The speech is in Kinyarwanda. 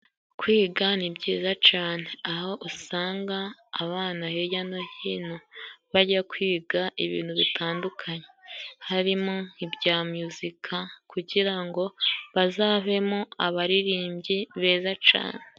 Kwiga ni byiza cane aho usanga abana hijya no hino bajya kwiga ibintu bitandukanye, harimo ibya muzika kugira ngo bazavemo abaririmbyi beza cane.